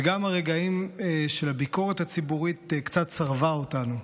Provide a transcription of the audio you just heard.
וגם הרגעים של הביקורת הציבורית קצת צרבו אותנו.